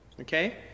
Okay